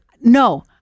No